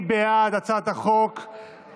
הצעת חוק